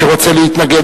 שרוצה להתנגד,